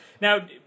Now